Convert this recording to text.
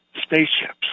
spaceships